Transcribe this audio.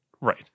right